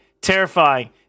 Terrifying